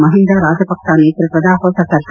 ಮಹಿಂದಾ ರಾಜಪಕ್ಪ ನೇತೃತ್ವದ ಹೊಸ ಸರ್ಕಾರ